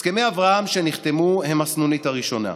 הסכמי אברהם שנחתמו הם הסנונית הראשונה.